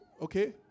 okay